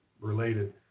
related